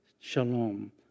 shalom